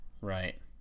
Right